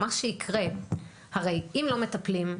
הרי אם לא מטפלים,